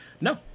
No